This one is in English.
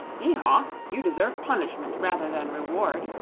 hee-haw! you deserve punishment, rather than reward,